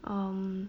um